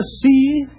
see